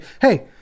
Hey